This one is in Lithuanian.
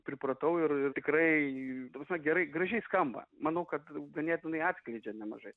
pripratau ir ir tikrai ta prasme gerai gražiai skamba manau kad ganėtinai atskleidžia nemažai